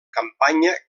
campanya